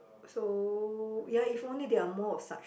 so ya if only there are more of such